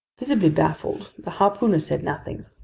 visibly baffled, the harpooner said nothing.